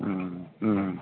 হুম হুম